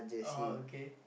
oh okay